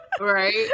Right